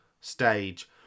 stage